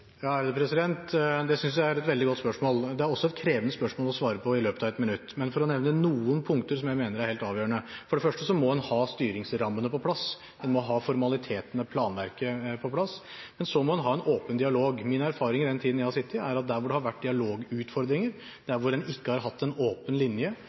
Det synes jeg er et veldig godt spørsmål, og det er også et krevende spørsmål å svare på i løpet av 1 minutt, men jeg vil nevne noen punkter som jeg mener er helt avgjørende. For det første må en ha styringsrammene på plass, en må ha formalitetene og planverket på plass, og så må en ha en åpen dialog. Min erfaring i den tiden jeg har sittet, er at der det har vært dialogutfordringer, der hvor en ikke har hatt en åpen linje,